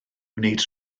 wneud